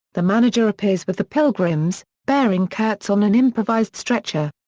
the manager appears with the pilgrims, bearing kurtz on an improvised stretcher.